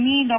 मी डॉ